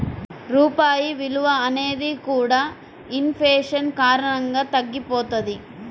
రూపాయి విలువ అనేది కూడా ఇన్ ఫేషన్ కారణంగా తగ్గిపోతది